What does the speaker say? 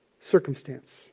circumstance